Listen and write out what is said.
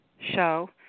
show